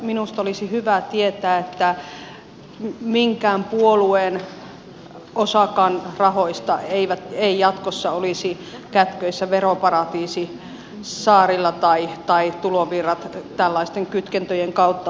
minusta olisi hyvä tietää etteivät minkään puolueen tulovirrat ei osakaan rahoista jatkossa olisi kätköissä veroparatiisisaarilla tällaisten kytkentöjen kautta